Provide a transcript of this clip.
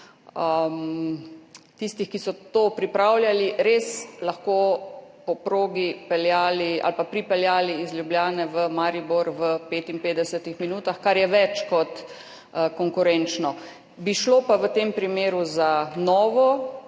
tistih, ki so to pripravljali, res lahko po progi pripeljali iz Ljubljane v Maribor v 55 minutah, kar je več kot konkurenčno. Bi pa šlo v tem primeru za